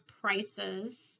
prices